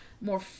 more